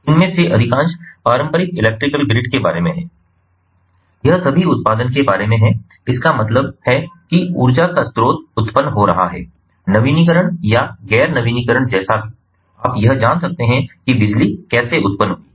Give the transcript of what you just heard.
इसमें से अधिकांश पारंपरिक इलेक्ट्रिकल ग्रिड के बारे में है यह सभी उत्पादन के बारे में है इसका मतलब है कि ऊर्जा का स्रोत उत्पन्न हो रहा है नवीनकरणीय या गैर नवीनकरणीय जैसा भी आप यह जान सकते हैं कि बिजली कैसे उत्पन्न हुई